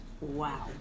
Wow